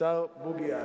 השר בוגי יעלון,